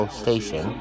station